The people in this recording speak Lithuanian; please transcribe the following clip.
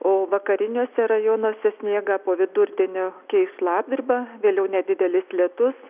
o vakariniuose rajonuose sniegą po vidurdienio keis šlapdriba vėliau nedidelis lietus